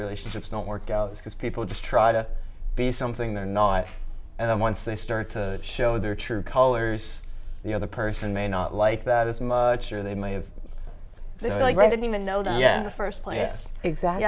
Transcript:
relationships don't work out because people just try to be something they're not and once they start to show their true colors the other person may not like that as much or they may have like reading the know the first place exactly